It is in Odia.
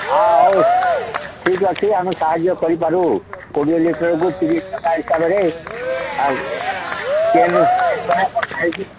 ହଁ ହଉ ଠିକ୍ ଅଛି ଆମେ ସାହାଯ୍ୟ କରିପାରୁ କୋଡ଼ିଏ ଲିଟରକୁ ତିରିଶ ଟଙ୍କା ହିସାବରେ ଆଉ କେନ୍ ଦ୍ୱାରା ପଠା ହୋଇଯିବ